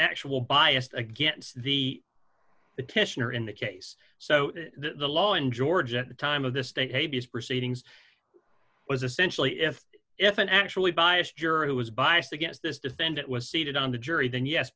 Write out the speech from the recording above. actual biased against the petitioner in the case so the law in georgia at the time of the state is proceedings was essentially if if an actually biased juror who was biased against this defendant was seated on the jury then yes